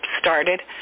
started